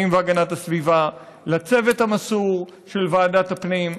והגנת הסביבה ולצוות המסור של ועדת הפנים.